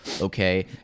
Okay